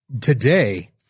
today